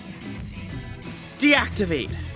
Deactivate